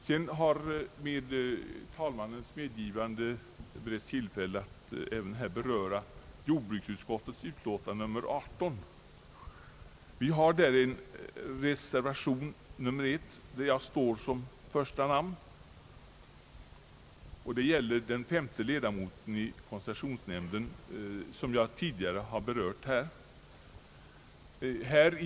Genom talmannens medgivande har tillfälle beretts att här även beröra jordbruksutskottets utlåtande nr 18. Vi har till detta utlåtande fogat en reservation, nr 1, där mitt namn är det första. Reservationen gäller femte ledamoten i koncessionsnämnden, en fråga som jag tidigare berört.